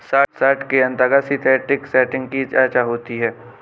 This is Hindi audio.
शार्ट के अंतर्गत सिंथेटिक सेटिंग की चर्चा होती है